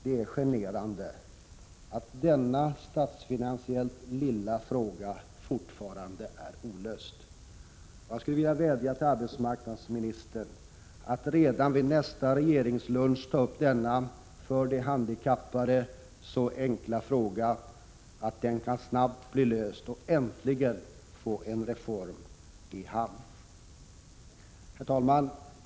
Det är generande att denna statsfinansiellt lilla fråga fortfarande är olöst. Jag vill vädja till arbetsmarknadsministern att redan vid nästa regeringslunch ta upp denna för de handikappade så väsentliga fråga så att den snabbt kan bli löst och så att man äntligen kan få en reform i hamn. Herr talman!